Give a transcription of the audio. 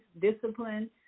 discipline